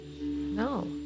no